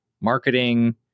marketing